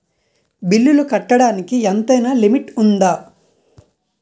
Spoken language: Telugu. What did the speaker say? బిల్లులు కట్టడానికి ఎంతైనా లిమిట్ఉందా?